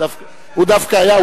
הוא דווקא היה.